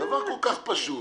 דבר כל כך פשוט.